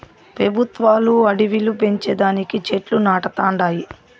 పెబుత్వాలు అడివిలు పెంచే దానికి చెట్లు నాటతండాయి